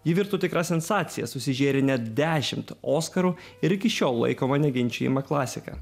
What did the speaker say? ji virto tikra sensacija susižėrė net dešimt oskarų ir iki šiol laikoma neginčijama klasika